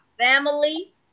family